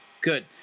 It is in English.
Good